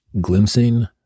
Glimpsing